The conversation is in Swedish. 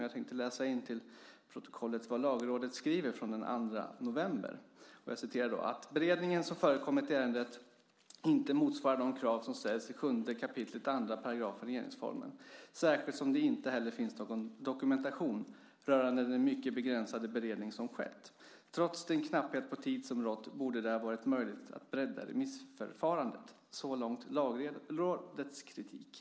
Jag tänker läsa in till protokollet vad Lagrådet skrev den 2 november. Lagrådet anser att den beredning som förekommit i ärendet inte motsvarar de krav som ställs i 7 kap. 2 § regeringsformen särskilt som det inte heller finns någon dokumentation rörande den mycket begränsade beredning som skett. Trots den knapphet på tid som rått borde det ha varit möjligt att bredda remissförfarandet. Så långt Lagrådets kritik.